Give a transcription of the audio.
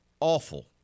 Awful